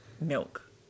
milk